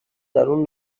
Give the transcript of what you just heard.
درون